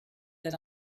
that